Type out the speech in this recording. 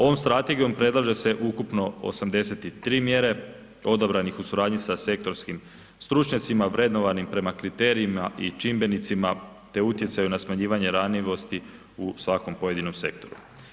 Ovom Strategijom predlaže se ukupno 83 mjere odabranih u suradnji sa sektorskim stručnjacima, vrednovanim prema kriterijima i čimbenicima, te utjecaju na smanjivanje ranjivosti u svakom pojedinom sektoru.